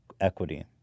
equity